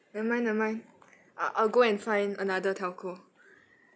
nevermind nevermind I'll I'll go and find another telco